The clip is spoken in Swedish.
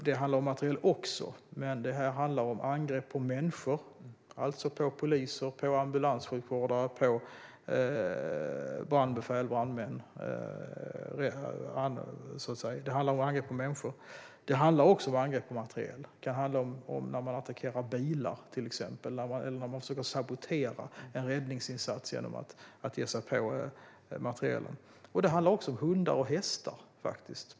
Det handlar om materiel också , men det här handlar om angrepp på människor, alltså poliser, ambulanssjukvårdare, brandbefäl, brandmän och andra. Det handlar om angrepp på människor. Det handlar också om angrepp på materiel. Det kan handla om när man attackerar bilar eller försöker sabotera en räddningsinsats genom att ge sig på materielen. Det handlar också om hundar och hästar, faktiskt.